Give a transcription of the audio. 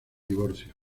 divorcio